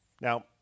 Now